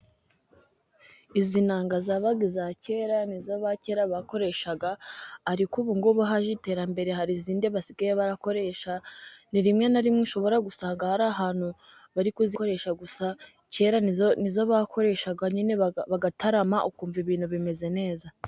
Izi nanga zabaga iza kera nizo abakera bakoreshaga, ariko ubu ngubu haje iterambere hari izindi basigaye bakoresha. Ni rimwe na rimwe ushobora gusanga hari ahantu bari kuzikoresha gusa, kera nizo bakoreshaga nyine bagatarama ukumva ibintu bimeze neza.